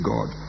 God